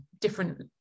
different